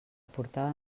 portava